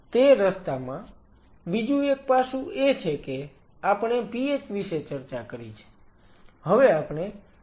તે રસ્તામાં બીજું એક પાસું એ છે કે આપણે pH વિશે ચર્ચા કરી છે